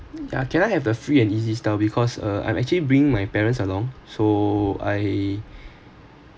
ya can I have the free and easy style because uh I'm actually bringing my parents along so I